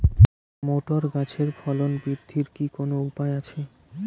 Motor গাছের ফলন বৃদ্ধির কি কোনো উপায় আছে?